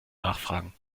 nachfragen